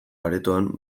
aretoan